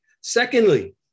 Secondly